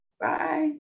Bye